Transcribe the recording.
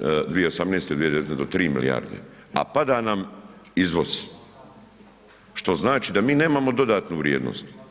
2018., 2019. do 3 milijarde, a pada nam izvoz, što znači da mi nemamo dodatnu vrijednost.